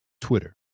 Twitter